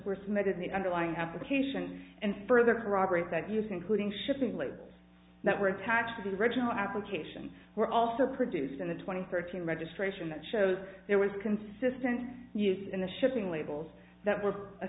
were submitted the underlying application and further corroborate that use including shipping labels that were attached to the original application were also produced in the twenty thirteen registration that shows there was consistent use in the shipping labels that were